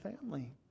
family